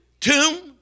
tomb